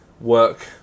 work